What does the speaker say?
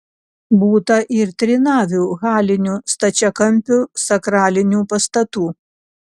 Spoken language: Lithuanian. būta ir trinavių halinių stačiakampių sakralinių pastatų